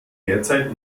derzeit